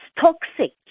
toxic